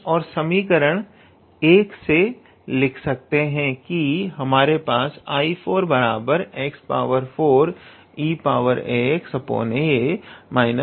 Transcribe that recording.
और हम समीकरण एक से लिख सकते हैं कि हमारे पास 𝐼4 x4eaxa 4a 𝐼3